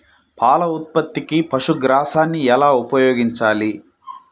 పాల ఉత్పత్తికి పశుగ్రాసాన్ని ఎలా ఉపయోగించాలి?